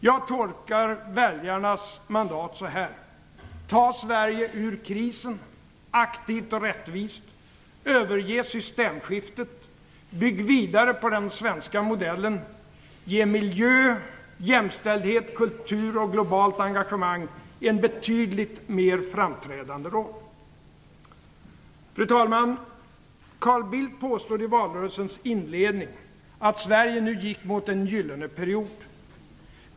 Jag tolkar väljarnas mandat så här: Ta Sverige ur krisen aktivt och rättvist, överge systemskiftet, bygg vidare på den svenska modellen, ge miljö, jämställdhet, kultur och globalt engagemang en betydligt mer framträdande roll. Fru talman! Carl Bildt påstod i valrörelsens inledning att Sverige nu gick mot en gyllene period.